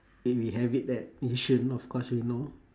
and we have it at yishun of course we know